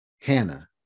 Hannah